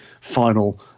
final